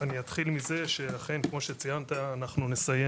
אני אתחיל מזה שאכן כמו שציינת אנחנו נסיים